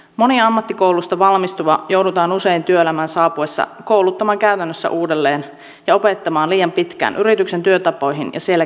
moni ammattikoulusta valmistuva joudutaan usein työelämään saapuessa kouluttamaan käytännössä uudelleen ja opettamaan liian pitkään yrityksen työtapoihin ja siellä käytettäviin tekniikoihin